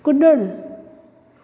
कुड॒णु